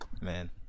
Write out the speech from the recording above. man